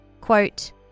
Quote